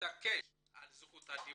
התעקש על זכות הדיבור.